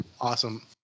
Awesome